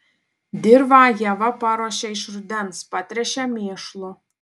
dirvą ieva paruošia iš rudens patręšia mėšlu